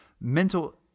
mental